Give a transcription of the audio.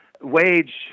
wage